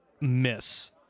miss